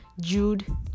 Jude